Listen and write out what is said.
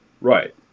right